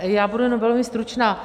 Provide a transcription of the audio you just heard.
Já budu jenom velmi stručná.